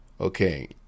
okay